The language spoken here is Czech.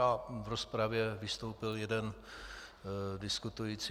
V rozpravě vystoupil jeden diskutující.